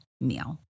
meal